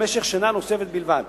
למשך שנה נוספת בלבד,